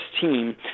team